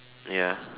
ya